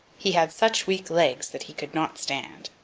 he had such weak legs that he could not stand.